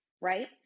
Right